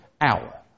hour